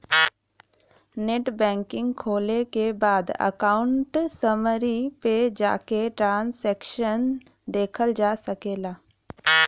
net banking खोले के बाद अकाउंट समरी पे जाके ट्रांसैक्शन देखल जा सकला